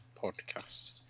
Podcast